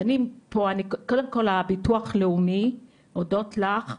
אז קודם כל הביטוח לאומי, הודות לך,